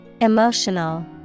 Emotional